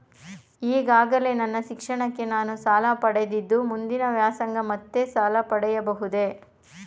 ಈಗಾಗಲೇ ನನ್ನ ಶಿಕ್ಷಣಕ್ಕೆ ನಾನು ಸಾಲ ಪಡೆದಿದ್ದು ಮುಂದಿನ ವ್ಯಾಸಂಗಕ್ಕೆ ಮತ್ತೆ ಸಾಲ ಪಡೆಯಬಹುದೇ?